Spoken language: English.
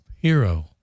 hero